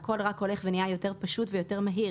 הכול הולך ונהיה יותר פשוט ויותר מהיר.